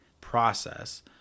process